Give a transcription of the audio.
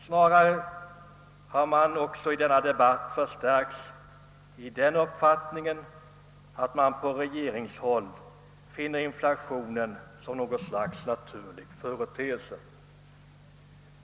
Snarare har vi i denna debatt stärkts i uppfattningen att man på regeringshåll betraktar inflationen som något slags naturlig företeelse.